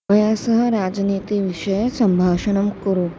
मया सह राजनीतिविषये सम्भाषणं कुरु